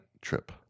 Trip